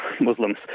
Muslims